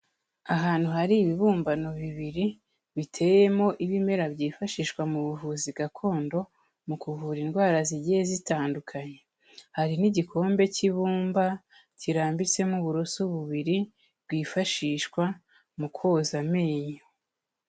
Ahantu hari ibibumbano bibiri, biteyemo ibimera byifashishwa mu buvuzi gakondo mu kuvura indwara zigiye zitandukanye, hari n'igikombe cy'ibumba kirambitsemo uburoso bubiri bwifashishwa mu koza amenyo.